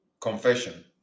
confession